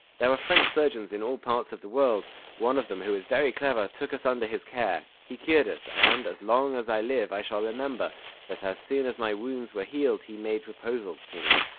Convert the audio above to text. there are french surgeons in all parts of the world one of them who was very clever took us under his care he cured us and as long as i live i shall remember that as soon as my wounds were healed he made proposals to me.